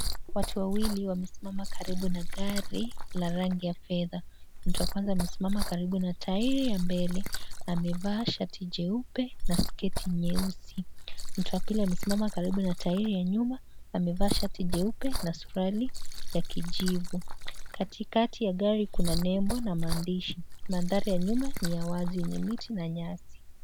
Watu wawili wamesimama karibu na gari la rangi ya fedha. Mtu wa kwanza amesimama karibu na tairi ya mbele. Amevaa shati jeupe na sketi nyeusi. Mtu wa pili amesimama karibu na tairi ya nyuma. Amevaa shati jeupe na suruali ya kijivu. Katikati ya gari kuna nembo na maandishi. Mandhari ya nyuma ni ya wazi yenye miti na nyasi.